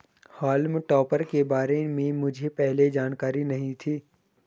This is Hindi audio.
हॉल्म टॉपर के बारे में मुझे पहले जानकारी नहीं थी